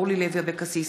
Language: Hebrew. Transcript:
אורלי לוי אבקסיס,